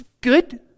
good